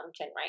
right